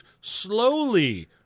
slowly